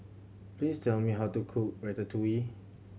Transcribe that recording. please tell me how to cook Ratatouille